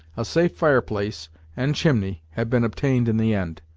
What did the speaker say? a safe fireplace and chimney had been obtained in the end.